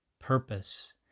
purpose